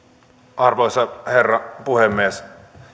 arvoisa herra puhemies